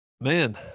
man